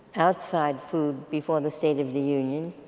outside food, before the state of the union,